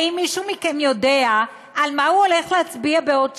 האם מישהו מכם יודע על מה הוא הולך להצביע בעוד שעה?